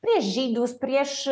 prieš žydus prieš